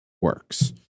works